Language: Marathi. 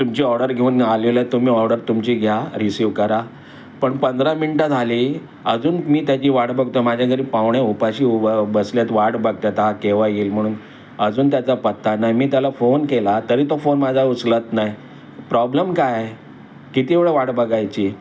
तुमची ऑर्डर घेऊन आलेले आहे तुम्ही ऑर्डर तुमची घ्या रिसीव करा पण पंधरा मिनटं झाली अजून मी त्याची वाट बघतो माझ्या घरी पावणे उपाशी उभं बसल्यात वाट बघतात हा केव्हा येईल म्हणून अजून त्याचा पत्ता नाही मी त्याला फोन केला तरी तो फोन माझा उचलत नाही प्रॉब्लेम काय किती वेळ वाट बघायची